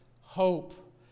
hope